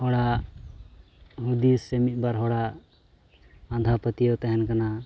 ᱦᱩᱫᱤᱥ ᱥᱮ ᱢᱤᱫ ᱵᱟᱨ ᱦᱚᱲᱟᱜ ᱟᱸᱫᱷᱟᱯᱟᱹᱛᱭᱟᱹᱣ ᱛᱟᱦᱮᱱ ᱠᱟᱱᱟ